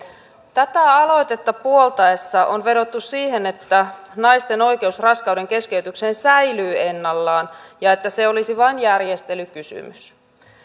tätä aloitetta puollettaessa on vedottu siihen että naisten oikeus raskaudenkeskeytykseen säilyy ennallaan ja että se olisi vain järjestelykysymys